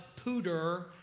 pooter